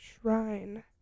Shrine